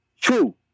True